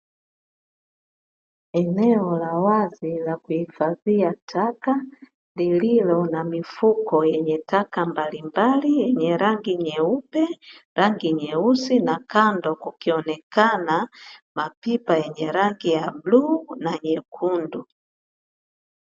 Eneo la wazi la kuhifadhia taka, lililo na mifuko yenye taka mbalimbali yenye rangi nyeupe rangi nyeusi; na kando kukionekana mapipa yenye rangi ya bluu na nyekundu.